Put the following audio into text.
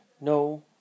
No